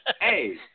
Hey